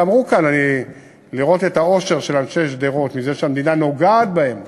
אמרו כאן: לראות את האושר של אנשי שדרות מזה שהמדינה נוגעת בהם,